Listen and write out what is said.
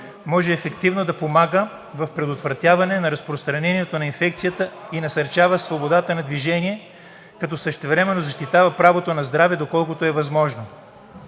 може ефективно да помага в предотвратяване на разпространението на инфекцията и насърчава свободата на движение, като същевременно защитава правото на здраве, доколкото е възможно.